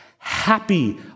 Happy